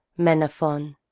menaphon,